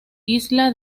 isla